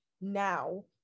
now